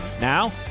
Now